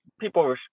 people